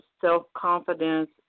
self-confidence